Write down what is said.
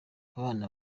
abana